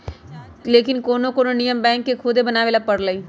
लेकिन कोनो कोनो नियम बैंक के खुदे बनावे ला परलई